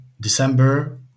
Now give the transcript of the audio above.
December